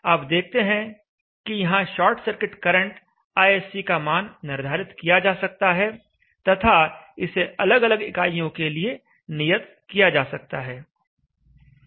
आप देखते हैं कि यहां शॉर्ट सर्किट करंट ISC का मान निर्धारित किया जा सकता है तथा इसे अलग अलग इकाइयों के लिए नियत किया जा सकता है